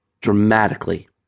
dramatically